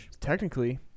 Technically